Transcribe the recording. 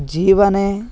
जीवने